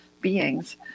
beings